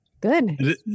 good